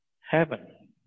heaven